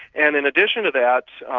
and in addition to that,